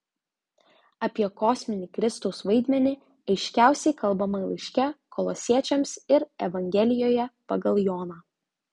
apie kosminį kristaus vaidmenį aiškiausiai kalbama laiške kolosiečiams ir evangelijoje pagal joną